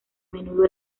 menudo